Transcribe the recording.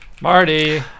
Marty